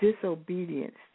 disobedience